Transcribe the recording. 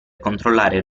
controllare